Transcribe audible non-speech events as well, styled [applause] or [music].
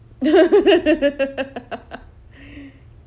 [laughs]